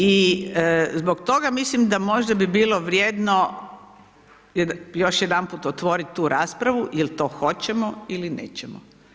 I zbog toga mislim da možda bi bilo vrijedno još jedanput otvoriti tu raspravu jel to hoćemo ili nećemo.